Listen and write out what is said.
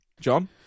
John